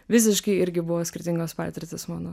visiškai irgi buvo skirtingos patirtys mano